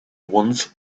once